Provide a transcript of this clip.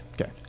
Okay